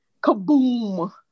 kaboom